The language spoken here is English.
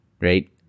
Right